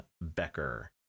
Becker